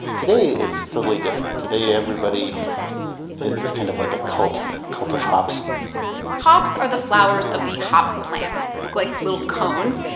today, it's totally different. today, everybody it's kind of like a cult, a cult of hops hops are the flowers of the hop plant. they look like little cones.